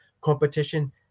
competition